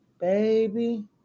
baby